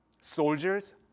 Soldiers